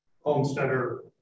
Homesteader